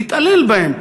להתעלל בהם,